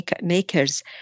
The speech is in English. makers